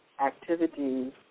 activities